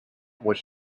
was